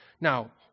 Now